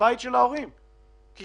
זה